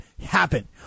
happen